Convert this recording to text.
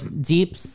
deep